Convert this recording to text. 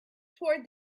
toward